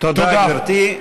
תודה, גברתי.